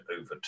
over